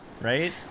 right